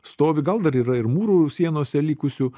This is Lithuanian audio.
stovi gal dar yra ir mūrų sienose likusių